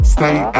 Stay